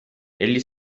egli